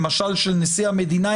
למשל של נשיא המדינה,